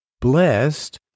blessed